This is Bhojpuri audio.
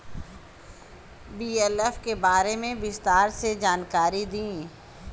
बी.एल.एफ के बारे में विस्तार से जानकारी दी?